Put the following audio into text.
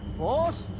boss?